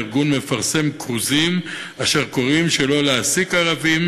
הארגון מפרסם כרוזים אשר קוראים שלא להעסיק ערבים,